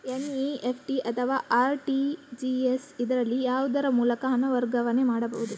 NEFT ಅಥವಾ RTGS, ಇದರಲ್ಲಿ ಯಾವುದರ ಮೂಲಕ ಹಣ ವರ್ಗಾವಣೆ ಮಾಡಬಹುದು?